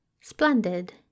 Splendid